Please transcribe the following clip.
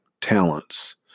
talents